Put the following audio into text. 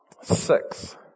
six